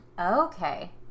Okay